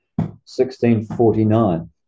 1649